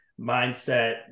mindset